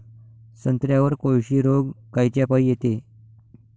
संत्र्यावर कोळशी रोग कायच्यापाई येते?